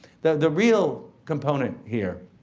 the the real component here